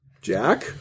Jack